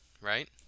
right